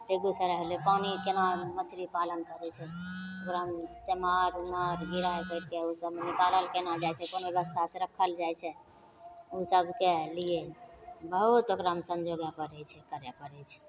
बेगूसराय होलै पानी कोना मछली पालन करै छै ओकरामे सेमार उमार गिरै करिके ओसब पालल कोना जाइ छै कोन बेबस्थासे राखल जाइ छै ओसबके लिए बहुत ओकरामे सञ्जोगे पड़ै छै करै पड़ै छै